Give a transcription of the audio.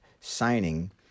signing